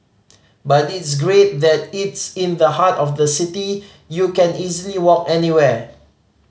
but it's great that it's in the heart of the city you can easily walk anywhere